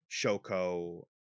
Shoko